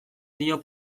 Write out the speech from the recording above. dio